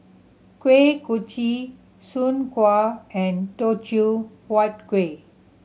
Kuih Kochi Soon Kuih and Teochew Huat Kueh